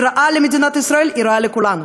היא רעה למדינת ישראל, היא רעה לכולנו.